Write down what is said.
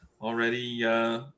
already